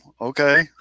Okay